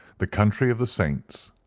the country of the saints.